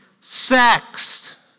Sex